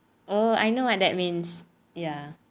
oh I know what that means ya